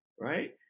right